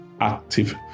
active